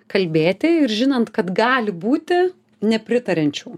kalbėti ir žinant kad gali būti nepritariančių